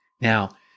Now